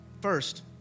first